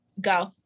go